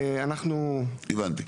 הבנתי.